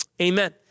amen